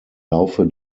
laufe